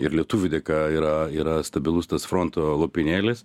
ir lietuvių dėka yra yra stabilus tas fronto lopinėlis